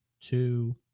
two